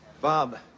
bob